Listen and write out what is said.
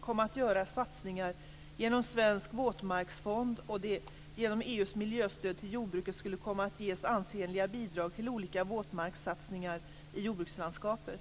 komma att göra satsningar genom svensk våtmarksfond och att det genom EU:s miljöstöd till jordbruket skulle komma att ges ansenliga bidrag till olika våtmarkssatsningar i jordbrukslandskapet.